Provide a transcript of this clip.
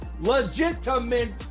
legitimate